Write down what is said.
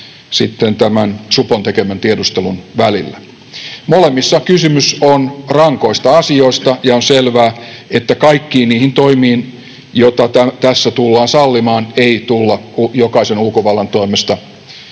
ja tämän supon tekemän tiedustelun välillä. Molemmissa kysymys on rankoista asioista, ja on selvää, että kaikkiin niihin toimiin, joita tässä tullaan sallimaan, ei tulla jokaisen ulkovallan toimesta